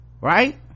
Right